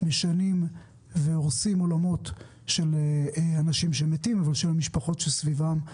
משנים והורסים עולמות של אנשים שמתים ושל המשפחות שסביבן.